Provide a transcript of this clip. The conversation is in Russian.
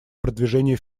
продвижения